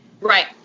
Right